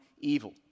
evil